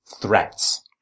threats